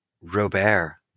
Robert